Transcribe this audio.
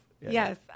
yes